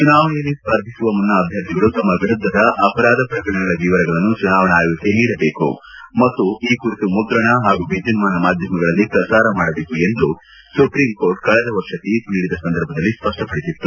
ಚುನಾವಣೆಯಲ್ಲಿ ಸ್ಪರ್ಧಿಸುವ ಮನ್ನ ಅಭ್ಯರ್ಥಿಗಳು ತಮ್ಮ ವಿರುದ್ಧದ ಅಪರಾಧ ಪ್ರಕರಣಗಳ ವಿವರವನ್ನು ಚುನಾವಣಾ ಆಯೋಗಕ್ಕೆ ನೀಡಬೇಕು ಮತ್ತು ಈ ಕುರಿತು ಮುದ್ರಣ ಹಾಗೂ ವಿದ್ಯನ್ಮಾನ ಮಾಧ್ಯಮಗಳಲ್ಲಿ ಪ್ರಸಾರ ಮಾಡಬೇಕು ಎಂದು ಸುಪ್ರೀಂಕೋರ್ಟ್ ಕಳೆದ ವರ್ಷ ತೀರ್ಮ ನೀಡಿದ ಸಂದರ್ಭದಲ್ಲಿ ಸ್ವಪ್ವಪಡಿಸಿತ್ತು